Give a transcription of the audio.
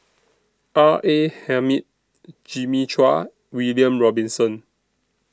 R A Hamid Jimmy Chua William Robinson